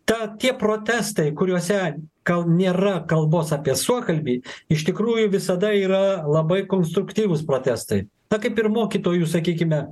ta tie protestai kuriuose gal nėra kalbos apie suokalbį iš tikrųjų visada yra labai konstruktyvūs protestai na kaip ir mokytojų sakykime